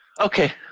Okay